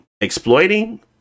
exploiting